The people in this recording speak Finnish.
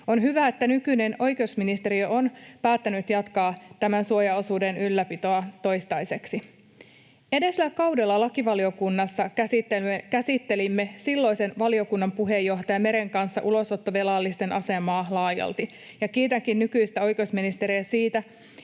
On hyvä, että nykyinen oikeusministeri on päättänyt jatkaa tämän suojaosuuden ylläpitoa toistaiseksi. Edellisellä kaudella lakivaliokunnassa käsittelimme silloisen valiokunnan puheenjohtaja Meren kanssa ulosottovelallisten asemaa laajalti. Ja kiitänkin nykyistä oikeusministeriä siitä,